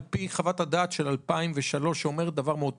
על פי חוות הדעת של 2003 שאומרת דבר מאוד פשוט: